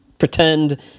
pretend